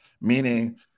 Meaning